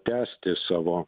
tęsti savo